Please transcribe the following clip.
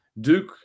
Duke